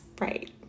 Right